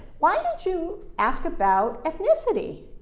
why did you ask about ethnicity?